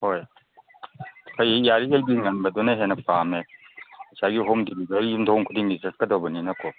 ꯍꯣꯏ ꯑꯩꯗꯤ ꯌꯥꯔꯤꯒꯩꯗꯤ ꯉꯟꯕꯗꯨꯅ ꯍꯦꯟꯅ ꯄꯥꯝꯃꯦ ꯉꯁꯥꯏꯒꯤ ꯍꯣꯝ ꯗꯤꯂꯤꯕꯔꯤ ꯌꯨꯝꯊꯣꯡ ꯈꯨꯗꯤꯡꯒꯤ ꯆꯠꯀꯗꯕꯅꯤꯅꯀꯣ